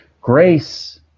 Grace